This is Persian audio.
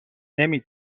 نمی